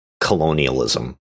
colonialism